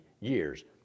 years